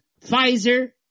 Pfizer